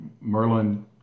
Merlin